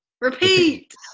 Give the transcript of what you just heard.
Repeat